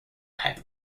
had